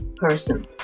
person